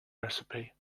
recipe